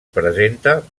presenta